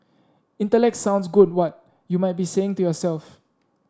intellect sounds good what you might be saying to yourself